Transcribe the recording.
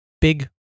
big